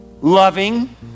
loving